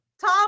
Tom